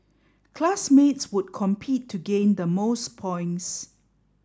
classmates would compete to gain the most points